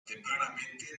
tempranamente